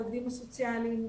לעובדים הסוציאליים,